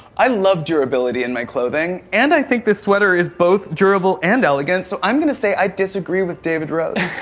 i love durability in my clothing and i think this sweater is both durable and elegant so i'm gonna say i disagree with david rose.